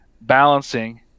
balancing